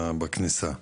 בכניסה,